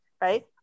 right